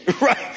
right